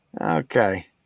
Okay